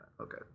okay